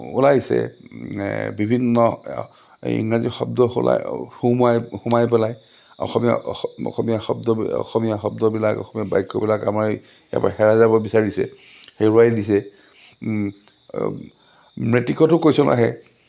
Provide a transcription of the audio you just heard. ওলাইছে বিভিন্ন ইংৰাজী শব্দ ওলাই সোমাই সোমাই পেলাই অসমীয়া অসমীয়া শব্দ অসমীয়া শব্দবিলাক অসমীয়া বাক্যবিলাক আমাৰ ইয়াৰপৰা হেৰাই যাব বিচাৰিছে হেৰুৱাই দিছে মেট্ৰিকতো কেশ্যন আহে